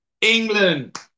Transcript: England